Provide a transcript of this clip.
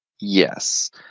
yes